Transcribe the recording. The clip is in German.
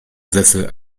sessel